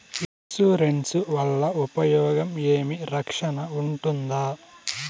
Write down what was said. Insurance వల్ల ఉపయోగం ఏమి? రక్షణ ఉంటుందా?